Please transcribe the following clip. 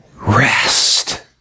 rest